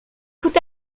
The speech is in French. tout